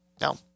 no